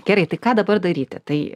gerai tai ką dabar daryti tai